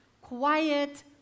quiet